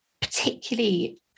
particularly